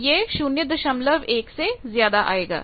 यह 01 से ज्यादा आएगा